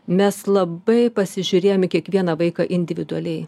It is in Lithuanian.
mes labai pasižiūrėjom į kiekvieną vaiką individualiai